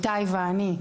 איתי ואני,